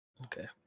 Okay